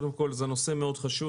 קודם כול, זה נושא חשוב מאוד.